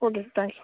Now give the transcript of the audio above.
okay sir thanks